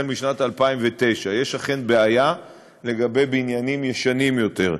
משנת 2009. יש אכן בעיה לגבי בניינים ישנים יותר.